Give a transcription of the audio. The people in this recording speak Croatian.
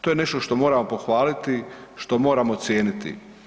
To je nešto što moramo pohvaliti, što moramo cijeniti.